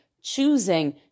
choosing